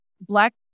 Black